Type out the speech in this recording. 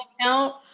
account